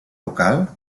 local